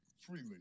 freely